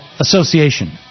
association